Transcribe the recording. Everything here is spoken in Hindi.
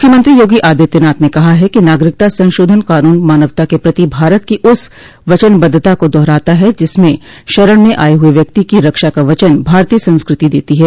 मुख्यमंत्री योगी आदित्यनाथ ने कहा है कि नागरिकता संशोधन क़ानून मानवता के प्रति भारत की उस वचनबद्धता को दोहराता है जिसमें शरण में आये हुए व्यक्ति की रक्षा का वचन भारतीय संस्कृति देती है